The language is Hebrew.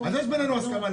אז יש בינינו הסכמה על